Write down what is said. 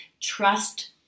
trust